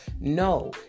No